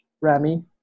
Rami